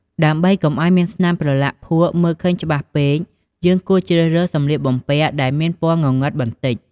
ដើម្បីកុំឲ្យស្នាមប្រឡាក់ភក់មើលឃើញច្បាស់ពេក យើងគួរជ្រើសរើសសម្លៀកបំពាក់ដែលមានពណ៌ងងឹតបន្តិច។